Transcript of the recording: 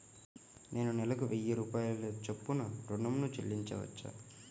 నేను నెలకు వెయ్యి రూపాయల చొప్పున ఋణం ను చెల్లించవచ్చా?